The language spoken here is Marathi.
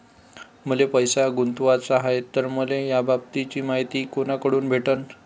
मले पैसा गुंतवाचा हाय तर मले याबाबतीची मायती कुनाकडून भेटन?